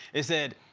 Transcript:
it said,